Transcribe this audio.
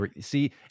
See